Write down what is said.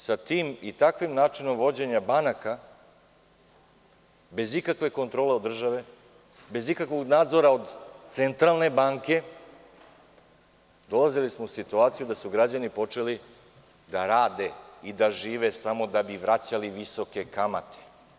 Sa tim i takvim načinom vođenja banaka bez ikakve kontrole od države, bez ikakvog nadzora od centralne banke, dolazili smo u situaciju da su građani počeli da rade i da žive samo da bi vraćali visoke kamate.